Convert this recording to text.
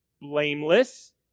blameless